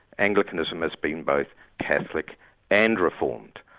anglicanism has been both catholic and reformed.